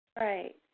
Right